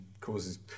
causes